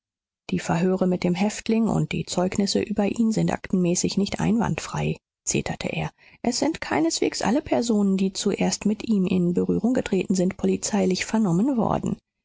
die verhöre mit dem häftling und die zeugnisse über ihn sind aktenmäßig nicht einwandfrei zeterte er es sind keineswegs alle personen die zuerst mit ihm in berührung getreten sind polizeilich vernommen worden